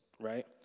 Right